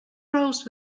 rose